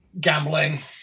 gambling